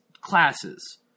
classes